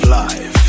life